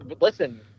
listen